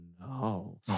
no